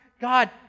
God